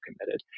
committed